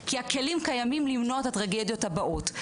כי קיימים הכלים למנוע את הטרגדיות הבאות.